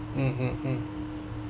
mm mm mm